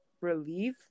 relief